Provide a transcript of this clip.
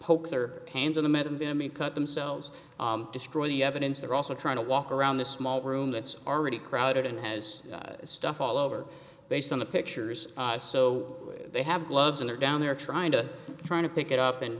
poke their hands in the method to me cut themselves destroy the evidence they're also trying to walk around the small room that's already crowded and has stuff all over based on the pictures so they have gloves in there down there trying to trying to pick it up and